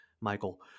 Michael